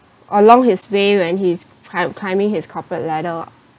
along his way when he's climb climbing his corporate ladder